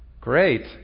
Great